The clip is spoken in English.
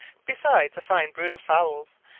besides a fine brood of fowls,